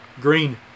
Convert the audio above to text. Green